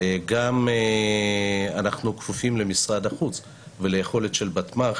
גם אנחנו כפופים למשרד החוץ וליכולת של בטמ"ח